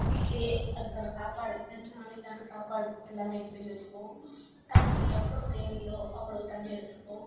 வீட்டிலையே அதுக்கான சாப்பாடு ரெண்டு நாளைக்கான சாப்பாடு எல்லாம் ரெடி பண்ணி வச்சுக்குவோம் தண்ணி எவ்வளோ தேவையோ அவ்வளோ தண்ணி எடுத்துப்போம்